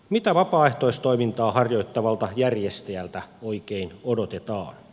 mitä vapaaehtoistoimintaa harjoittavalta järjestäjältä oikein odotetaan